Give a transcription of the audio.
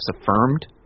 affirmed